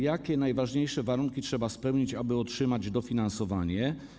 Jakie najważniejsze warunki trzeba spełnić, aby otrzymać dofinansowanie?